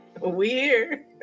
weird